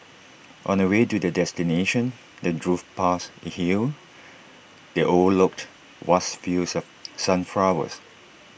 on the way to their destination they drove past A hill that overlooked vast fields of sunflowers